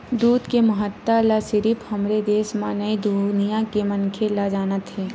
दूद के महत्ता ल सिरिफ हमरे देस म नइ दुनिया के मनखे ह जानत हे